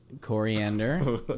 coriander